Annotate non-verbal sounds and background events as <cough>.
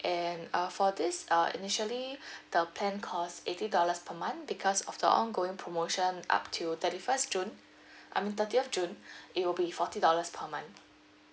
and uh for this uh initially <breath> the plan cost eighty dollars per month because of the ongoing promotion up till thirty first june <breath> I mean thirtieth june <breath> it will be forty dollars per month